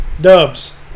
Dubs